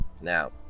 Now